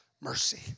mercy